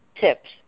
tips